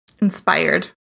Inspired